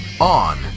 On